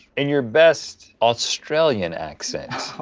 in your best australian accent,